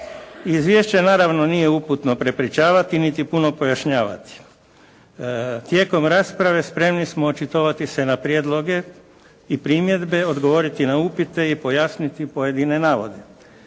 Izvješće naravno nije uputno prepričavati, niti puno pojašnjavati. Tijekom rasprave spremni smo očitovati se na prijedloge i primjedbe, odgovoriti na upite i pojasniti pojedine navode.